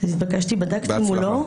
התבקשתי ובדקתי מולו.